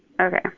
Okay